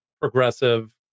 progressive